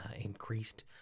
increased